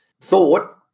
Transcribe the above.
thought